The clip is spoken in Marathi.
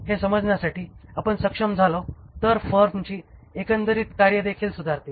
हे समजण्यासाठी आपण सक्षम झालो तर फर्मची एकंदरीत कार्येदेखील सुधारतील